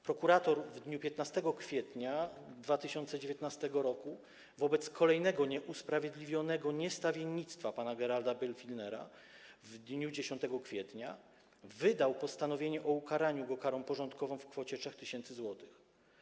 Prokurator w dniu 15 kwietnia 2019 r. wobec kolejnego nieusprawiedliwionego niestawiennictwa pana Geralda Birgfellnera w dniu 10 kwietnia wydał postanowienie o ukaraniu go karą porządkową w kwocie 3 tys. zł.